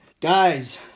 Guys